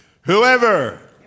whoever